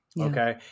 Okay